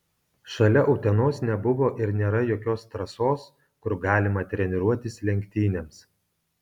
šalia utenos nebuvo ir nėra jokios trasos kur galima treniruotis lenktynėms